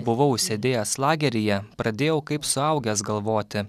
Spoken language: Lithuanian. buvau sėdėjęs lageryje pradėjau kaip suaugęs galvoti